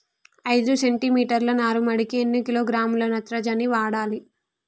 ఐదు సెంటి మీటర్ల నారుమడికి ఎన్ని కిలోగ్రాముల నత్రజని వాడాలి?